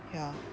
ya